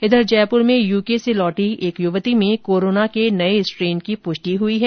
इधर जयपुर में यूके से लौटी एक युवती में कोरोना के नए स्ट्रेन की पुष्टि हुई है